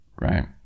right